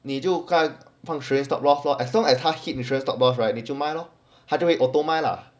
你就看放 trailing stop loss as long as 他 hit trailing stop loss right 你就卖咯就会 auto 卖了